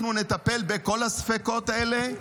אנחנו נטפל בכל הספקות האלה,